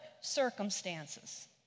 circumstances